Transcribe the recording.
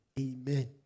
Amen